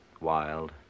wild